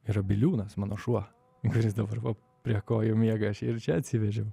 yra biliūnas mano šuo kuris dabar va prie kojų miega aš jį ir čia atsivežiau